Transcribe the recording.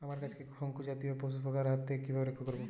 আমার গাছকে শঙ্কু জাতীয় পোকার হাত থেকে কিভাবে রক্ষা করব?